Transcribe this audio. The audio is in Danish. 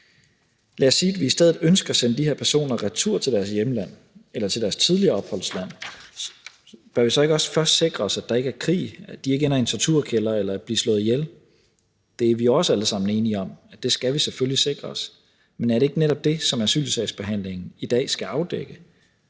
Lad os sige, at vi i stedet ønsker at sende de her personer retur til deres hjemland eller til deres tidligere opholdsland, bør vi så ikke også først sikre os, at der ikke er krig, og at de ikke ender i en torturkælder eller bliver slået ihjel? Det er vi også alle sammen enige om at vi selvfølgelig skal sikre os. Men er det ikke netop det, som asylsagsbehandlingen i dag skal afdække?